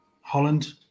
Holland